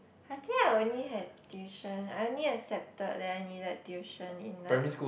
I think I only had tuition I only accepted that I needed tuition in like